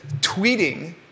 tweeting